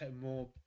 more